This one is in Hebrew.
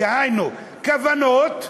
דהיינו כוונות,